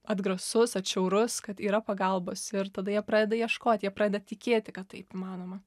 atgrasus atšiaurus kad yra pagalbos ir tada jie pradeda ieškot jie pradeda tikėti kad taip įmanoma